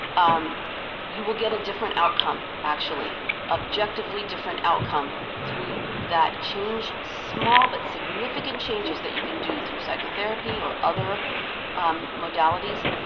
um you will get a different outcome, actually. an objectively different outcome through that change, small but significant changes that you can do through psychotherapy or other um modalities.